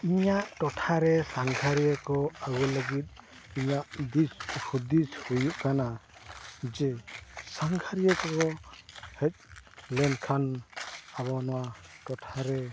ᱤᱧᱟᱹᱜ ᱴᱚᱴᱷᱟ ᱨᱮ ᱥᱟᱸᱜᱷᱟᱨᱤᱭᱟᱹ ᱠᱚ ᱟᱹᱜᱩ ᱞᱟᱹᱜᱤᱫ ᱤᱧᱟᱹᱜ ᱫᱤᱥ ᱦᱩᱫᱤᱥ ᱦᱩᱭᱩᱜ ᱠᱟᱱᱟ ᱡᱮ ᱥᱟᱸᱜᱷᱟᱨᱤᱭᱟᱹ ᱠᱚ ᱦᱮᱡ ᱞᱮᱱ ᱠᱷᱟᱱ ᱟᱵᱚ ᱱᱚᱣᱟ ᱴᱚᱴᱷᱟ ᱨᱮ